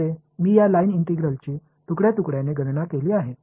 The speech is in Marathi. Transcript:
मी या लाइन इंटिग्रलची तुकड्या तुकड्याने गणना केली आहे